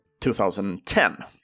2010